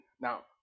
now